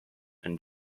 and